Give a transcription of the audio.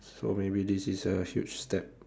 so maybe this is a huge step